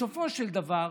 בסופו של דבר,